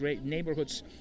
neighborhoods